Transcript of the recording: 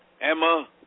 Emma